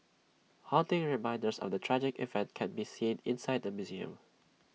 haunting reminders of the tragic event can be seen inside the museum